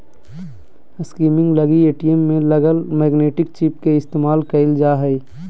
skimming लगी ATM में लगल मैग्नेटिक चिप के इस्तेमाल कइल जा हइ